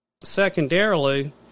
secondarily